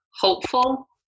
hopeful